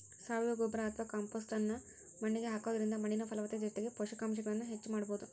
ಸಾವಯವ ಗೊಬ್ಬರ ಅತ್ವಾ ಕಾಂಪೋಸ್ಟ್ ನ್ನ ಮಣ್ಣಿಗೆ ಹಾಕೋದ್ರಿಂದ ಮಣ್ಣಿನ ಫಲವತ್ತತೆ ಜೊತೆಗೆ ಪೋಷಕಾಂಶಗಳನ್ನ ಹೆಚ್ಚ ಮಾಡಬೋದು